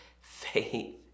faith